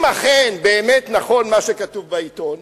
אם אכן באמת נכון מה שכתוב בעיתון,